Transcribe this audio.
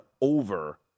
over